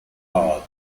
art